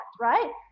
right